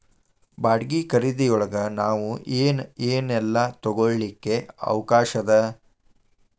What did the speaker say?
ಬಾಡ್ಗಿ ಖರಿದಿಯೊಳಗ್ ನಾವ್ ಏನ್ ಏನೇಲ್ಲಾ ತಗೊಳಿಕ್ಕೆ ಅವ್ಕಾಷದ?